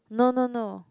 no no no